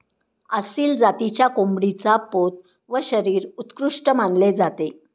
आसिल जातीच्या कोंबडीचा पोत व शरीर उत्कृष्ट मानले जाते